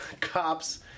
Cops